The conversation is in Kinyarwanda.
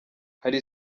hari